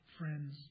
friends